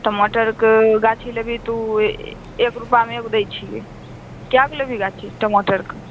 टमाटरके गाछ लेबही तऽ ओ एक रूपामे एगो दै छियै कए गो लेबही गाछ टमाटरके